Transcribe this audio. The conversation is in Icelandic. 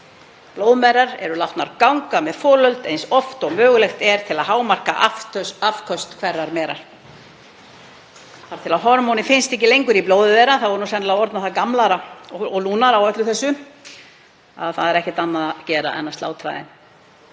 Blóðmerar eru látnar ganga með folöld eins oft og mögulegt er til að hámarka afköst hverrar merar, þar til hormónið finnst ekki lengur í blóði hennar, þá eru þær sennilega orðnar það gamlar og lúnar á öllu þessu að það er ekkert annað að gera en að slátra